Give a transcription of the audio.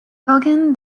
dugan